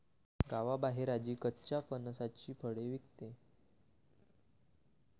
गावाबाहेर आजी कच्च्या फणसाची फळे विकते